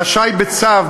רשאי בצו,